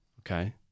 okay